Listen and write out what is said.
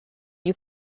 you